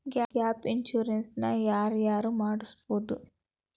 Gap insurance ನ ಯಾರ್ ಯಾರ್ ಮಡ್ಸ್ಬೊದು?